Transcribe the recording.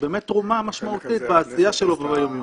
באמת תרומה משמעותית בעשייה שלו ביום יום.